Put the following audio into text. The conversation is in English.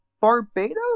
Barbados